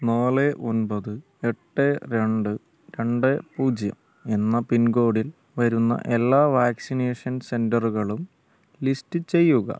നാല് ഒമ്പത് എട്ട് രണ്ട് രണ്ട് പൂജ്യം എന്ന പിൻകോഡിൽ വരുന്ന എല്ലാ വാക്സിനേഷൻ സെൻ്ററുകളും ലിസ്റ്റ് ചെയ്യുക